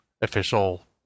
official